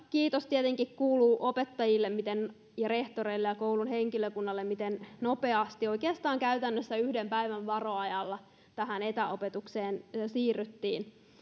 kiitos tietenkin kuuluu opettajille ja rehtoreille ja koulun henkilökunnalle miten nopeasti oikeastaan käytännössä yhden päivän varoajalla tähän etäopetukseen siirryttiin